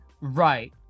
Right